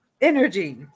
energy